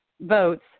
votes